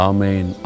Amen